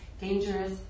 dangerous